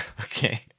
Okay